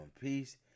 peace